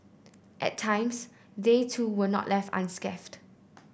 at times they too were not left unscathed